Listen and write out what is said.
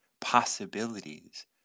possibilities